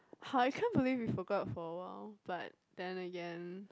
how I can't maybe we forgot for a while but then again